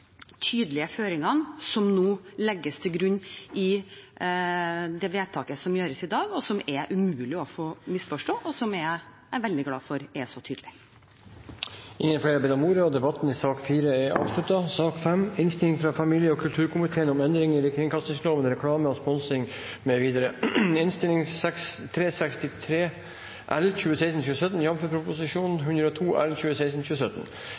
tydelige føringene som legges til grunn i vedtaket som gjøres i dag – som er umulig å misforstå, og som jeg er veldig glad for at er så tydelig. Flere har ikke bedt om ordet til sak nr. 4. Etter ønske fra familie- og kulturkomiteen vil presidenten foreslå at taletiden blir begrenset til 5 minutter til hver partigruppe og 5 minutter til medlemmer av regjeringen. Videre